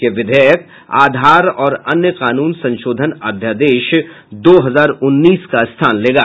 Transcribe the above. यह विधेयक आधार और अन्य कानून संशोधन अध्यादेश दो हजार उन्नीस का स्थान लेगा